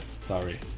sorry